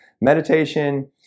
meditation